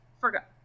forgot